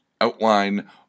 Outline